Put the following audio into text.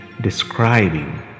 describing